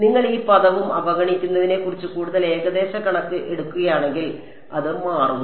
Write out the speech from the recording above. നിങ്ങൾ ഈ പദവും അവഗണിക്കുന്നതിനെ കുറിച്ച് കൂടുതൽ ഏകദേശ കണക്ക് എടുക്കുകയാണെങ്കിൽ അത് മാറുന്നു